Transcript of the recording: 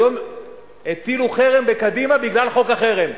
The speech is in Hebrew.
היום הטילו חרם בקדימה בגלל חוק החרם.